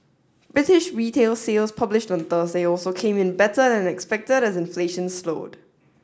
British retail sales published on Thursday also came in better than expected as inflation slowed